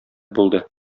булды